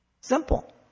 Simple